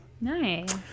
Nice